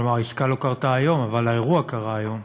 כלומר, העסקה לא קרתה היום, אבל האירוע קרה היום.